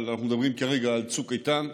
אבל אנחנו מדברים כרגע על צוק איתן.